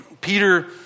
Peter